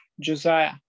Josiah